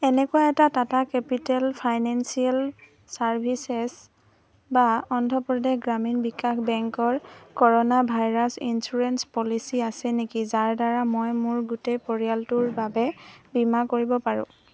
এনেকুৱা এটা Tata capital financial services বা অন্ধ্ৰ প্ৰদেশ গ্ৰামীণ বিকাশ বেংকৰ কৰ'না ভাইৰাছ ইঞ্চুৰেঞ্চ পলিচী আছে নেকি যাৰ দ্বাৰা মই মোৰ গোটেই পৰিয়ালটোৰ বাবে বীমা কৰিব পাৰোঁ